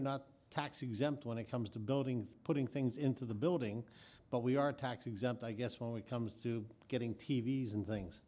are not tax exempt when it comes to building putting things into the building but we are tax exempt i guess when we comes to getting t v s and things